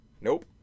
nope